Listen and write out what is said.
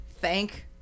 thank